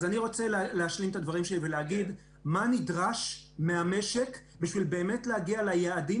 את הדברים שלי ולהגיד מה נדרש מהמשק כדי להגיע ליעדים